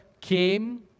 came